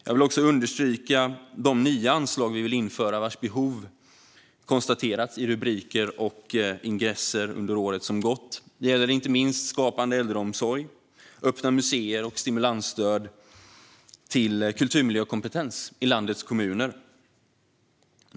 Jag vill också understryka de nya anslag vi vill införa, vars behov konstaterats i rubriker och ingresser under året som gått. Det gäller inte minst satsningar på skapande äldreomsorg och öppna museer och stimulansstöd för kulturmiljökompetens i landets kommuner.